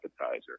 appetizer